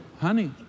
honey